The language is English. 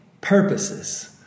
purposes